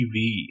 TV